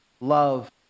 love